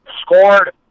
scored